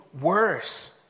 worse